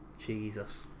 Jesus